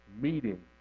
meeting